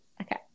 Okay